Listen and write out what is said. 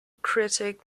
critic